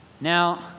Now